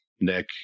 Nick